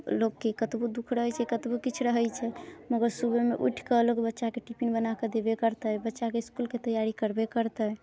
लोकके कतबो दुःख रहै छै कतबो किछु रहै छै मगर सुबहमे उठिकऽ लोक बच्चाके टिफिन बनाकऽ देबे करतै बच्चाके इसकुलके तैयारी करबे करतै